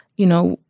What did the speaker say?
you know,